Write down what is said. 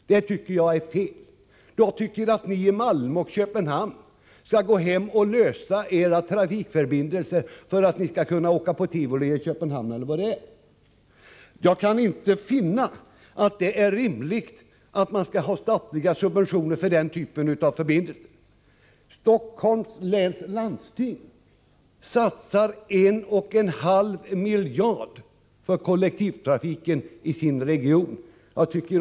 Det anser jag är fel. Jag tycker att ni i Malmö och Köpenhamn skall gå hem och lösa problemet med era trafikförbindelser, så att ni kan åka till Tivoli i Köpenhamn, eller vad det är ni vill. Jag kan inte finna att det är rimligt med statliga subventioner för denna typ av förbindelser. Stockholms läns landsting satsar 1,5 miljarder på kollektivtrafiken i sin region.